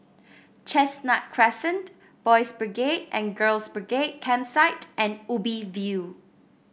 Chestnut Crescent Boys' Brigade and Girls' Brigade Campsite and Ubi View